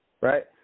right